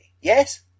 yes